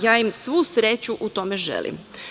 Ja im svu sreću u tome želim.